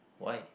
why